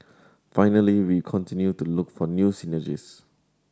finally we continue to look for new synergies